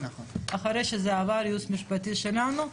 אחרי שזה עבר ייעוץ משפטי שלנו,